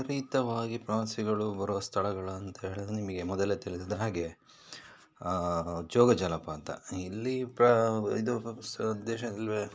ವಿಪರೀತವಾಗಿ ಪ್ರವಾಸಿಗಳು ಬರುವ ಸ್ಥಳಗಳು ಅಂತ ಹೇಳಿದರೆ ನಿಮಗೆ ಮೊದಲೇ ತಿಳಿದಿದ್ದ ಹಾಗೆ ಜೋಗಜಲಪಾತ ಇಲ್ಲಿ ಇದು